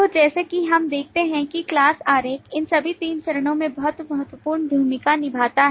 तो जैसा कि हम देखते हैं कि class आरेख इन सभी 3 चरणों में बहुत महत्वपूर्ण भूमिका निभाता है